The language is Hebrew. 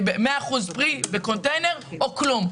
מיץ של 100% בקונטיינר או כלום.